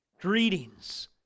Greetings